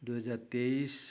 दुई हजार तेइस